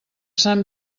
sant